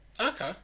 okay